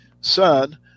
son